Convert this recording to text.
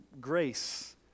grace